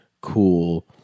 cool